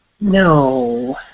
no